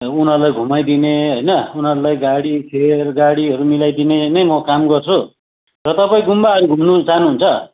उनीहरूलाई घुमाइदिने होइन उनीहरूलाई गाडी फेयर गाडीहरू मिलाइदिने नै म काम गर्छु र तपाईँ गुम्बा घुम्नु चाहनुहुन्छ